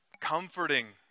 comforting